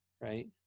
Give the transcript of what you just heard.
right